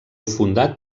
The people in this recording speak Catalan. fundat